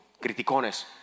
Criticones